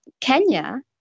Kenya